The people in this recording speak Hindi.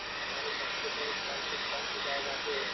हमारे पैसे अगर थोड़ा कुछ कम हो जाएगा तो